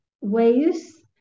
ways